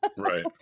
Right